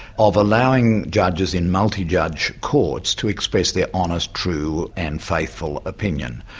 of allowing judges in multi-judge courts to express their honest, true and faithful opinion.